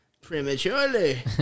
prematurely